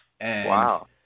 Wow